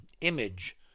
image